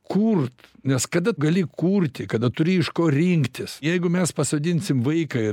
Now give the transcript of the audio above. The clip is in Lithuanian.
kurt nes kada gali kurti kada turi iš ko rinktis jeigu mes pasodinsim vaiką